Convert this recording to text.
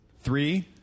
Three